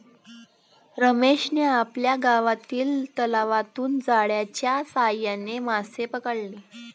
रमेशने आपल्या गावातील तलावातून जाळ्याच्या साहाय्याने मासे पकडले